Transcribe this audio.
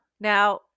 Now